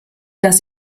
dass